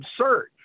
absurd